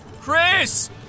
Chris